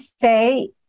say